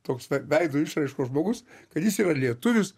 toks veido išraiškos žmogus kad jis yra lietuvis